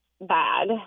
bad